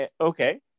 Okay